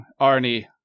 Arnie